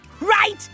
right